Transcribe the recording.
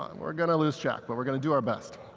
um we're going to lose track. but we're going to do our best.